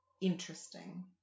interesting